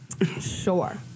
Sure